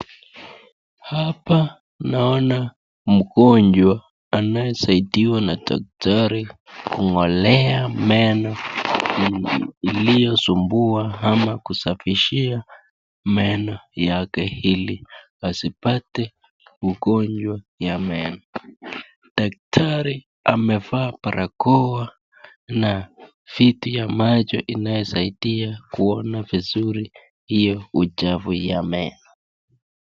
Hapa naona mgonjwa anayesaidiwa na daktari kung'olewa meno iliyosumbua ama kusafishiwa meno yake ili asipate ugonjwa ya meno. Daktari amevaa barakoa na vitu ya macho inayosaidia kuona vizuri iyo uchafu ya meno.